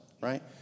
right